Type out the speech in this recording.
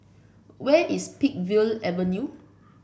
where is Peakville Avenue